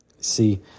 See